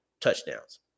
Touchdowns